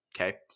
okay